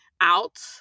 out